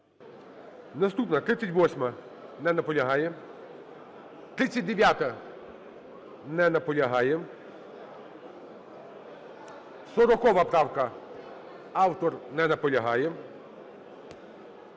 Наступна - 38-а. Не наполягає. 39-а. Не наполягає. 40 правка. Автор не наполягає.